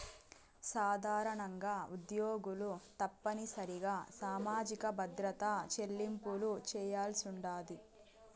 సాధారణంగా ఉద్యోగులు తప్పనిసరిగా సామాజిక భద్రత చెల్లింపులు చేయాల్సుండాది